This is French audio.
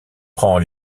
prend